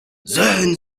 sehen